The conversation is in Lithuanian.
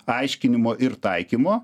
aiškinimo ir taikymo